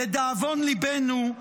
לדאבון ליבנו,